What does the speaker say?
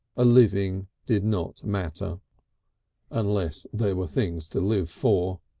a living did not matter unless there were things to live for.